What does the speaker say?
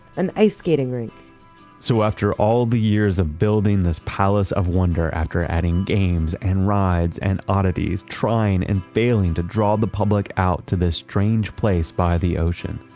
an ice skating rink so after all the years of building this palace of wonder after adding games and rides and oddities, trying and failing to draw the public out to this strange place by the ocean,